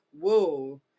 whoa